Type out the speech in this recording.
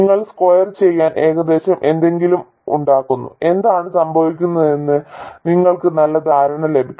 നിങ്ങൾ സ്കെയിൽ ചെയ്യാൻ ഏകദേശം എന്തെങ്കിലും ഉണ്ടാക്കുന്നു എന്താണ് സംഭവിക്കുന്നതെന്ന് നിങ്ങൾക്ക് നല്ല ധാരണ ലഭിക്കും